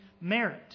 merit